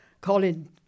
Colin